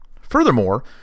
Furthermore